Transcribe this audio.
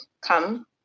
come